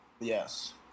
Yes